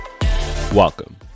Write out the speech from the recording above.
Welcome